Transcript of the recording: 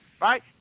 right